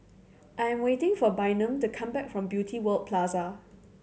I am waiting for Bynum to come back from Beauty World Plaza